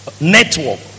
network